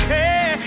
Hey